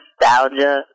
nostalgia